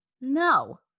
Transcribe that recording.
No